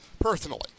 personally